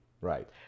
Right